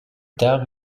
tard